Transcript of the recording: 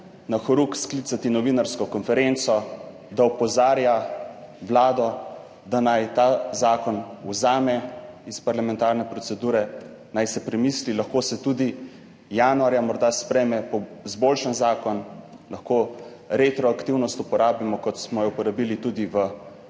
na horuk sklicati novinarsko konferenco, da opozarja Vlado, da naj ta zakon vzame iz parlamentarne procedure, naj si premisli. Lahko se tudi januarja morda sprejme izboljšan zakon, lahko uporabimo retroaktivnost, kot smo jo uporabili tudi v